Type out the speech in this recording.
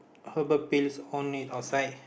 herbal pills on it outside